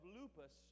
lupus